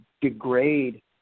degrade